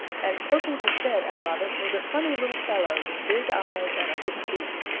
and poking his head out of it was a funny little fellow with big eyes and a hooked beak.